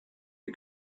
you